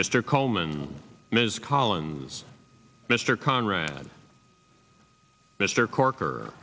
mr coleman ms collins mr conrad mr cork